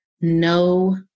no